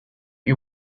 you